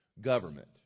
Government